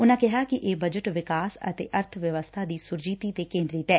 ਉਨਾਂ ਕਿਹਾ ਕਿ ਇਹ ਬਜਟ ਵਿਕਾਸ ਅਤੇ ਅਰਥ ਵਿਵਸਥਾ ਦੀ ਸੁਰਜੀਤੀ ਤੇ ਕੇਂਦਰਿਤ ਐ